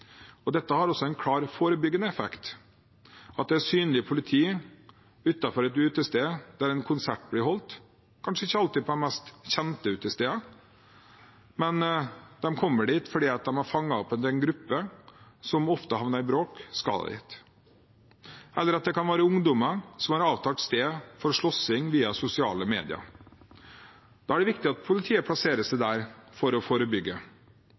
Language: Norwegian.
Dette har også en klar og forebyggende effekt, at det f.eks. er synlig politi utenfor et utested der en konsert blir holdt – kanskje ikke alltid på de mest kjente utestedene, men politiet kommer dit fordi de har fanget opp at en gruppe som ofte havner i bråk, skal dit. Eller det kan være ungdommer som har avtalt sted for slåssing via sosiale medier – da er det viktig at politiet plasserer seg der for å forebygge.